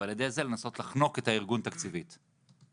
ועל ידי זה לנסות לחנוק תקציבית את הארגון.